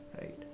right